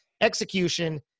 execution